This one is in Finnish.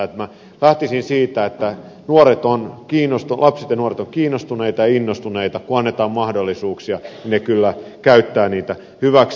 minä lähtisin siitä että lapset ja nuoret ovat kiinnostuneita ja innostuneita kun annetaan mahdollisuuksia he kyllä käyttävät niitä hyväksi